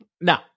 No